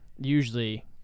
usually